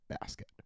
basket